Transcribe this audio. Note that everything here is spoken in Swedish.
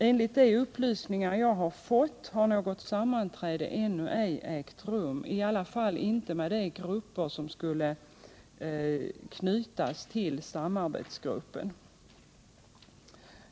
Enligt de upplysningar jag fått har något sammanträde ännu ej ägt rum -— i varje fall inte tillsammans med de experter som skulle knytas till gruppen.